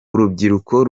urubyiruko